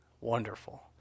wonderful